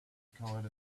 kind